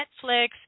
Netflix